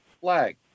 flag